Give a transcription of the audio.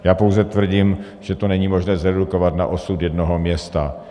Já pouze tvrdím, že to není možné zredukovat na osud jednoho města.